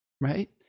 Right